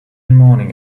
morning